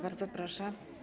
Bardzo proszę.